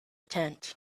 tent